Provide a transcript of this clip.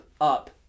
up